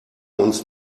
uns